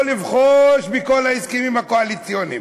לא לבחוש בכל ההסכמים הקואליציוניים.